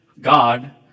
God